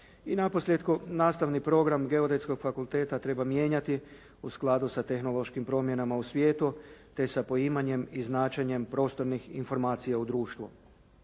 naposljetku, nastavni program Geodetskog fakulteta treba mijenjati u skladu sa tehnološkim promjenama u svijetu te sa poimanjem i značenjem prostornih informacija u društvu.